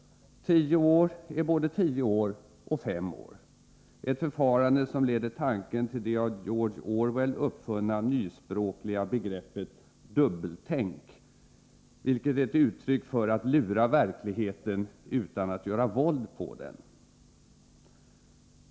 Tio år är både tio år och fem år, ett förfarande som leder tanken till det av George Orwell uppfunna nyspråkliga begreppet ”dubbeltänk”, vilket är ett uttryck för att lura verkligheten utan att göra våld på den.